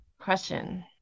question